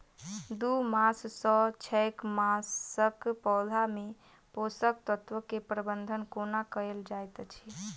दू मास सँ छै मासक पौधा मे पोसक तत्त्व केँ प्रबंधन कोना कएल जाइत अछि?